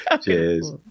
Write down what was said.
Cheers